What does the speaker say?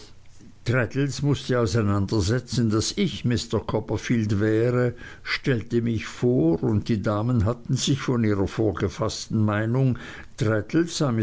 mußte auseinander setzen daß ich mr copperfield wäre stellte mich vor und die damen hatten sich von ihrer vorgefaßten meinung